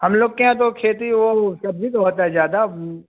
हम लोग के यहाँ तो खेती वह सब्ज़ी की होती है ज़्यादा वह